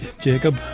Jacob